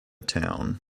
town